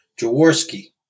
Jaworski